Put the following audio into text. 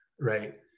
Right